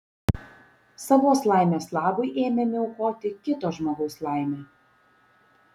savos laimės labui ėmėme aukoti kito žmogaus laimę